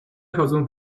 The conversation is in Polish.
chodzą